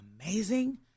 amazing